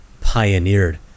pioneered